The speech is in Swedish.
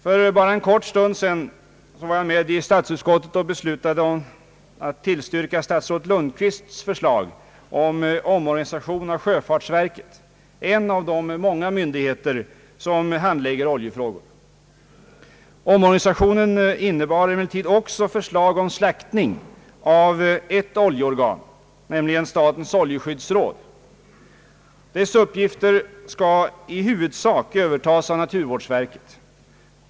För bara en kort stund sedan var jag med i statsutskottet och beslutade om att tillstyrka statsrådet Lundkvists förslag om omorganisation av sjöfartsverket, en av de många myndigheter som handlägger oljefrågor. Omorganisationen innebär emellertid också förslag om slaktning av ett oljeorgan, nämligen statens oljeskyddsråd. Dess uppgifter skall i huvudsak övertas av naturvårdsverket.